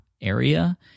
area